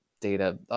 data